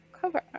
Cover